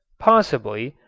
possibly,